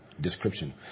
description